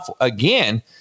again